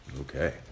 Okay